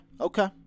Okay